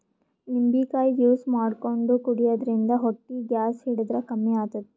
ನಿಂಬಿಕಾಯಿ ಜ್ಯೂಸ್ ಮಾಡ್ಕೊಂಡ್ ಕುಡ್ಯದ್ರಿನ್ದ ಹೊಟ್ಟಿ ಗ್ಯಾಸ್ ಹಿಡದ್ರ್ ಕಮ್ಮಿ ಆತದ್